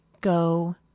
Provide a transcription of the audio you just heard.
go